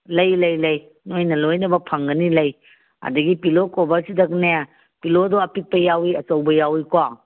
ꯂꯩ ꯂꯩ ꯂꯩ ꯅꯣꯏꯅ ꯂꯣꯏꯅꯃꯛ ꯐꯪꯒꯅꯤ ꯂꯩ ꯑꯗꯒꯤ ꯄꯤꯜꯂꯣ ꯀꯣꯕꯔꯁꯤꯗꯅꯦ ꯄꯤꯜꯂꯣꯗꯣ ꯑꯄꯤꯛꯄ ꯌꯥꯎꯏ ꯑꯆꯧꯕ ꯌꯥꯎꯏꯀꯣ